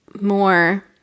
more